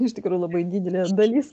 iš tikrųjų labai didelė dalis